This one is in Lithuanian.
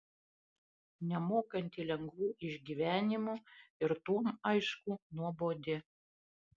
nemokanti lengvų išgyvenimų ir tuom aišku nuobodi